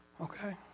Okay